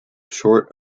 short